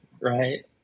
right